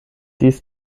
dies